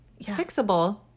fixable